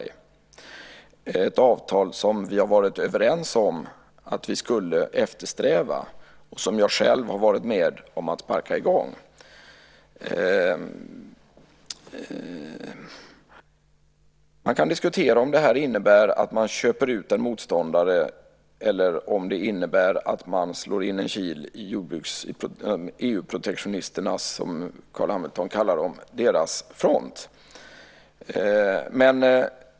Det är ett avtal som vi har varit överens om att eftersträva och som jag själv har varit med om att sparka i gång. Man kan diskutera om det här innebär att man köper ut en motståndare eller om det innebär att man slår in en kil bland EU-protektionisterna, som Carl B Hamilton kallar dem, och deras front.